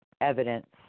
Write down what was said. evidence